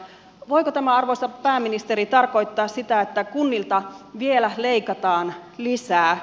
voiko tämä arvoisa pääministeri tarkoittaa sitä että kunnilta vielä leikataan lisää